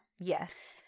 Yes